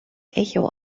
echo